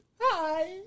Hi